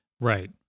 right